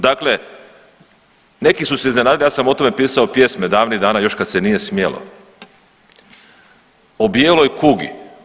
Dakle, neki su se iznenadili, ja sam o tome pisao pjesme davnih dana još kad se nije smjelo o bijeloj kugi.